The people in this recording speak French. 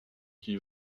qui